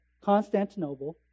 Constantinople